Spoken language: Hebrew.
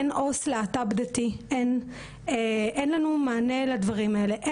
אין עובד סוציאלי להט"ב דתי אין לנו מענה לדברם האלה.